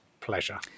pleasure